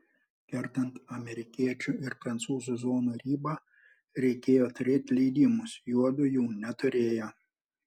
kertant amerikiečių ir prancūzų zonų ribą reikėjo turėti leidimus juodu jų neturėjo